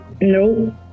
Nope